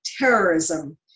terrorism